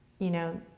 you know,